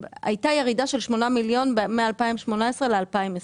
הייתה ירידה של 8 מיליון מ-2018 ל-2020,